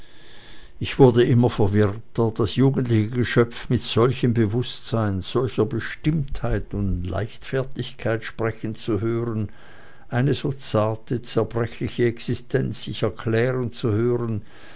ich wurde immer verwirrter das jugendliche geschöpf mit solchem bewußtsein solcher bestimmtheit und leichtfertigkeit sprechen zu hören eine so zarte zerbrechliche existenz sich erklären zu hören